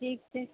ठीक छै